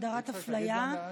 הגדרת אפליה,